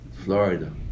Florida